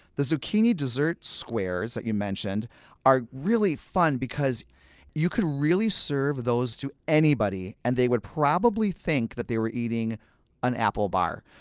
the zucchini dessert squares that you mentioned are really fun, because you could really serve those to anybody, and they would probably think that they were eating an apple bar.